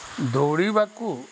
ଦୌଡ଼ିବାକୁ